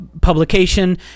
publication